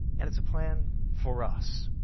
and it's a plan for us.